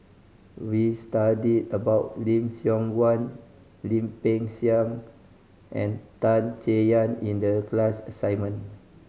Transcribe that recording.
We studied about Lim Siong Guan Lim Peng Siang and Tan Chay Yan in the class assignment